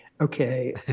okay